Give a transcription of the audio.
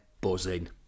Buzzing